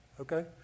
Okay